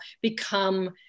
become